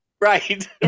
Right